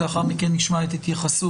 לאחר מכן נשמע את התייחסות